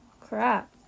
Crap